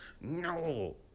no